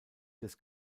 des